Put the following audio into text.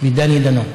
ודני דנון.